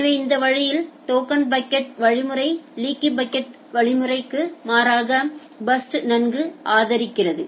எனவே இந்த வழியில் டோக்கன் பக்கெட் வழிமுறை லீக்கி பக்கெட் க்கு மாறாக பர்ஸ்ட் நன்கு ஆதரிக்கிறது